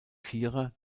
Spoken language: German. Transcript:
vierer